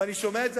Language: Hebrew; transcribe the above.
ואני שומע את זה,